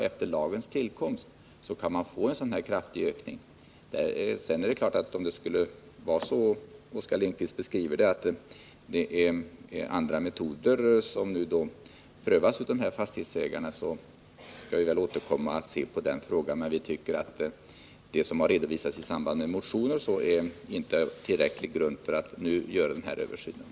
Oskar Lindkvists beskrivning att dessa fastighetsägare prövar andra metoder är något som jag skall återkomma till. Vi anser att det som har redovisats i samband med motionens behandling inte utgjort tillräcklig grund för att vidta den föreslagna översynen.